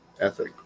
ethic